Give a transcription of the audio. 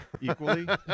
equally